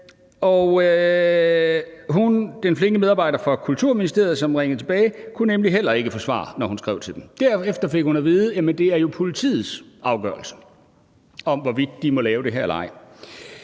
og den flinke medarbejder fra Kulturministeriet, som ringede tilbage, kunne heller ikke få svar, når hun skrev til dem. Derefter fik hun at vide, at det jo er politiet, der afgør, hvorvidt de må lave det her eller